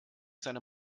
seine